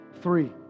three